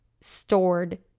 stored